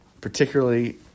particularly